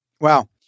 Wow